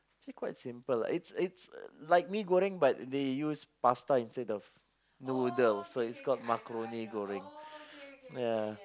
actually quite simple like it's it's like mee-goreng but they use pasta instead of noodle so it's called macaroni goreng ya